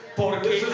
porque